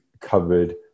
covered